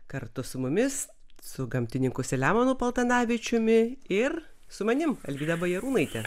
kartu su mumis su gamtininku selemonu paltanavičiumi ir su manim alvyda bajarūnaite